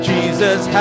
Jesus